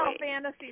fantasy